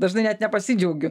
dažnai net nepasidžiaugiu